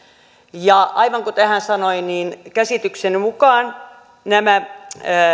ja aivan kuten hänkin sanoi minunkaan käsitykseni mukaan nämä